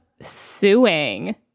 suing